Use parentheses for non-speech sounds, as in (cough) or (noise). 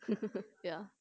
(laughs) ya